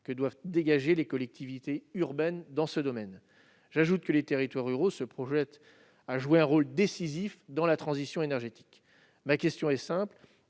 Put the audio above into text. que doivent dégager les collectivités urbaines dans ce domaine. J'ajoute que les territoires ruraux se voient jouer un rôle décisif dans la transition énergétique. Ma question est simple,